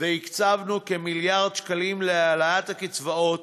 והקצבנו כמיליארד שקלים להעלאת הקצבאות,